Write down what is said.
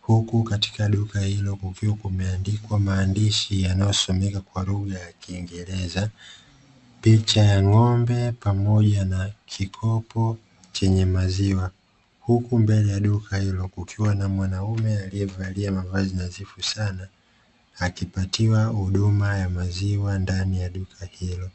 huku katika duka hilo kukiwa kumeandikwa maandishi yanayotumika kwa lugha ya kiingereza, picha ya ng'ombe, pamoja na kikopo chenye maziwa huku mbele ya duka hilo kukiwa na mwanamume aliyevalia mavazi nadhifu sana akipatiwa huduma ya maziwa ndani ya duka hilo.